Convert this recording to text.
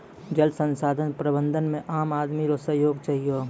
जल संसाधन प्रबंधन मे आम आदमी रो सहयोग चहियो